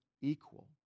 equal